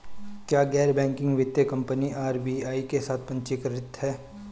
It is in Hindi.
क्या गैर बैंकिंग वित्तीय कंपनियां आर.बी.आई के साथ पंजीकृत हैं?